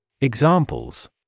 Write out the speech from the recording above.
Examples